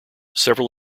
several